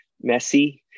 messy